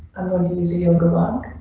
i'm going to use a yoga block.